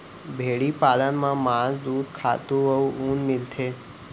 भेड़ी पालन म मांस, दूद, खातू अउ ऊन मिलथे